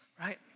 Right